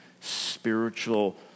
spiritual